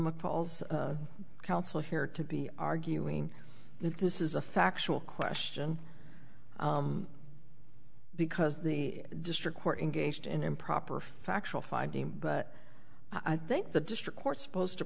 mccall's counsel here to be arguing that this is a factual question because the district court engaged in improper factual finding but i think the district court supposed to